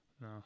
no